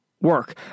work